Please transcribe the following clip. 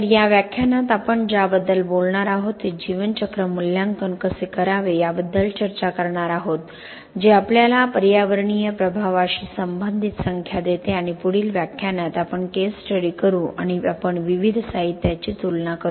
तर या व्याख्यानात आपण ज्याबद्दल बोलणार आहोत ते जीवन चक्र मूल्यांकन कसे करावे याबद्दल चर्चा करणार आहोत जे आपल्याला पर्यावरणीय प्रभावाशी संबंधित संख्या देते आणि पुढील व्याख्यानात आपण केस स्टडी करू आणि आपण विविध साहित्याची तुलना करू